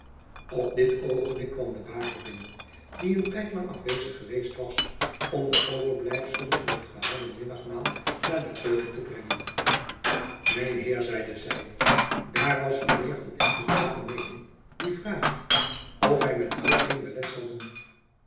op dit oogenblik kwam de baker binnen die een tijd lang afwezig geweest was om de overblijfselen van het gehouden middagmaal naar de keuken te brengen men heir zeide zy daar was men heir van espenblad beneiden die vraigt of hei men heir gein belet zal doen